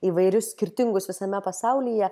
įvairius skirtingus visame pasaulyje